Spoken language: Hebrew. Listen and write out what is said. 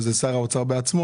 שזה שר האוצר בעצמו,